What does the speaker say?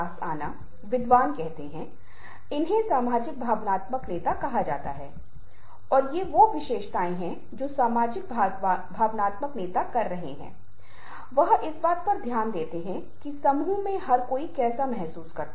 आप फिल्में देखते होंगेजहां आप पाते हैं विशेष रूप से हिंदी फिल्में जहां अतिरंजना सबसे आगे है आप पाते हैं खलनायक और यहां तक कि नायक दाँतों को पीसते और दिखाते हुए लड़ रहा है